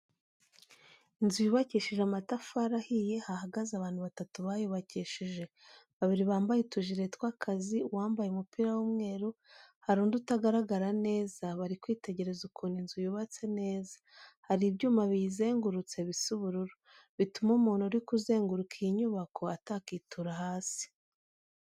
Inzu yubakishije amatafari ahiye, hahagaze abantu batatu bayubakishije, babiri bambaye utujire tw'akazi, uwambaye umupira w'umweru, hari undi utagaragara neza, bari kwitegereza ukuntu inzu yubatse neza, hari ibyuma biyizengurutse bisa ubururu, bituma umuntu uri kuzenguruka iyi nyubako atakitura hasi.